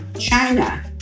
China